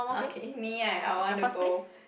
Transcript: okay me right I want to go